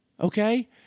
Okay